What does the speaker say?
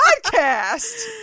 Podcast